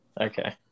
Okay